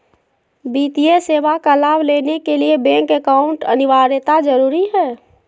वित्तीय सेवा का लाभ लेने के लिए बैंक अकाउंट अनिवार्यता जरूरी है?